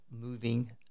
moving